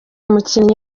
umukinnyi